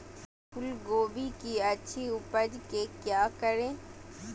फूलगोभी की अच्छी उपज के क्या करे?